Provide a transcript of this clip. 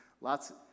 lots